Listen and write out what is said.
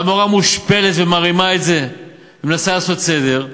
והמורה מושפלת ומרימה את זה ומנסה לעשות סדר.